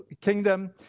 kingdom